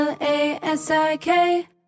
L-A-S-I-K